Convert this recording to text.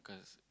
because